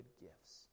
gifts